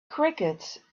crickets